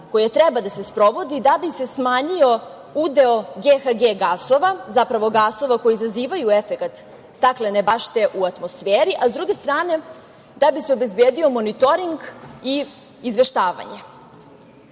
koja treba da se sprovodi da bi se smanjio udeo GHG gasova, zapravo gasova koji izazivaju efekat staklene bašte u atmosferi, a s druge strane da bi se obezbedio monitoring i izveštavanje. Zakon